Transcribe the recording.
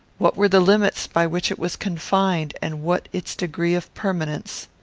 what were the limits by which it was confined, and what its degree of permanence?